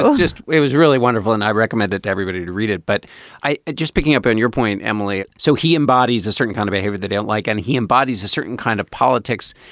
so just it was really wonderful and i recommend it to everybody to read it. but i just picking up on your point, emily. so he embodies a certain kind of behavior they don't like and he embodies a certain kind of politics.